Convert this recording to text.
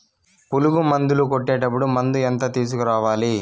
పులుగు మందులు కొట్టేటప్పుడు మందు ఎంత తీసుకురావాలి?